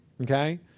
okay